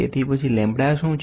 તેથી પછી લેમ્બડા શું છે